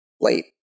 late